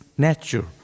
Nature